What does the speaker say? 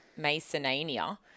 Masonania